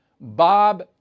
Bob